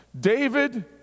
David